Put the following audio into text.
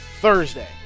Thursday